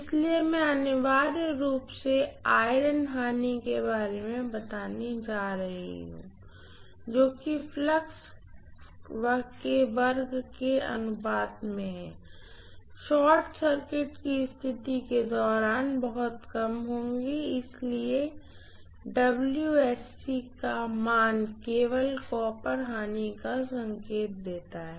इसलिए मैं अनिवार्य रूप से आयरन लॉस के बारे में बताने जा रही हूँ जो कि फ्लक्स वर्ग के अनुपात में हैं शॉर्ट सर्किट की स्थिति के दौरान बहुत कम होंगे इसलिए मूल्य केवल कॉपर लॉसका संकेत देता है